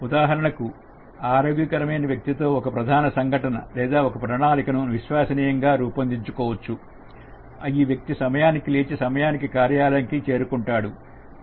ఉదాహరణకు ఆరోగ్యకరమైన వ్యక్తి తో ఒక ప్రధాన సంఘటనను లేదా ప్రణాళికను విశ్వసనీయంగా రూపొందించుకోవచ్చు ఈ వ్యక్తి సమయానికి లేచి సమయానికి కార్యాలయానికి చేరుకుంటాడు